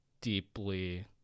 deeply